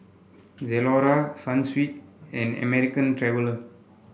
Zalora Sunsweet and American Traveller